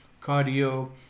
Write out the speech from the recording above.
cardio